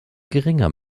geringer